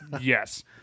Yes